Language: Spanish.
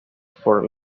for